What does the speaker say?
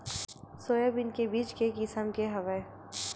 Soybean के बीज के किसम के हवय?